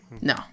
No